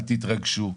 אל תתרגשו,